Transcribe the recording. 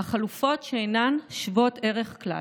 חלופות שאינן שוות ערך כלל.